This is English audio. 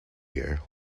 year